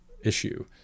issue